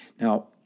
Now